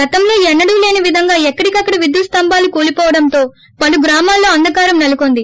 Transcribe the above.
గతంలో ఎన్నడూ లేని విధంగా ఎక్కడికక్కడ విద్యుత్ స్తంబాలు కూలిపోవడంతో పలు గ్రామాల్లో అంధకారం సెలకొంది